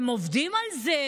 עובדים על זה,